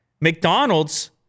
McDonald's